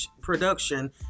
production